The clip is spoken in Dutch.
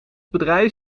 bedrijf